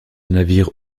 navire